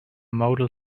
model